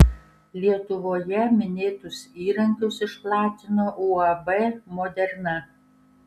lietuvoje minėtus įrankius išplatino uab moderna